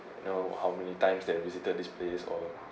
you know how many times that visited this place or